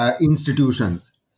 institutions